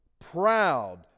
proud